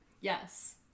Yes